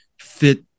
fit